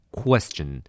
question